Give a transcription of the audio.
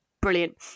brilliant